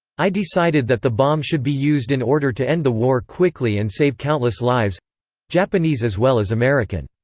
i decided that the bomb should be used in order to end the war quickly and save countless lives japanese as well as american.